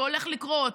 זה הולך לקרות.